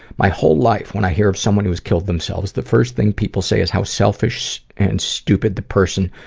my whole life when i hear of someone who has killed themselves, the first thing people say is how selfish and stupid the person